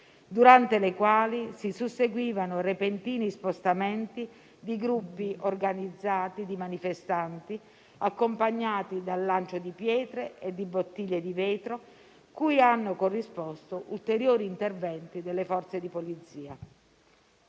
durante le quali si susseguivano repentini spostamenti di gruppi organizzati di manifestanti, accompagnati dal lancio di pietre e di bottiglie di vetro, cui hanno corrisposto ulteriori interventi delle Forze di polizia.